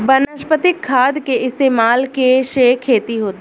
वनस्पतिक खाद के इस्तमाल के से खेती होता